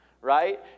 right